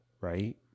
Right